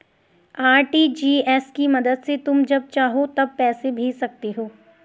RTGS की मदद से तुम जब चाहो तब पैसे भेज सकते हो